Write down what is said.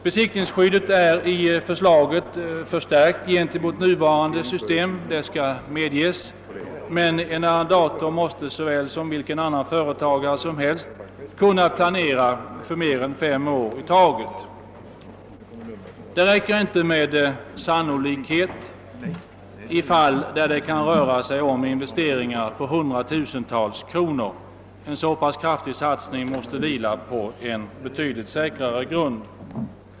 Besittningsskyddet är i förslaget förstärkt gentemot nuvarande system — det skall medges — men en arrendator måste lika väl som vilken annan företagare som helst kunna planera för mer än fem år i taget. Det räcker inte med sannolikhet i fall där det kan röra sig om investeringar på hundratusentals kronor, en så pass kraftig satsning måste vila på en betydligt säkrare grund.